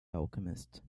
alchemist